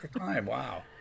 wow